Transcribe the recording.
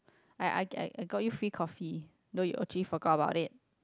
I I I get I got you free coffee though you actually forgot about it